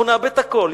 אנחנו נאבד את הכול,